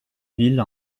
ville